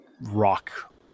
rock